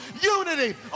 Unity